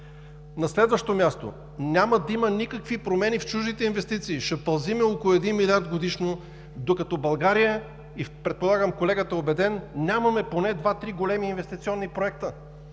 На следващо място – няма да има никакви промени в чуждите инвестиции, ще пълзим около един милиард годишно, докато в България, предполагам и колегата е убеден, нямаме поне два-три големи инвестиционни проекта.